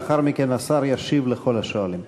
לאחר מכן השר ישיב לכל השואלים.